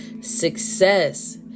Success